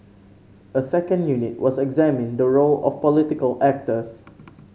a second unit was examining the role of political actors